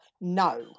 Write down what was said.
No